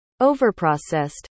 overprocessed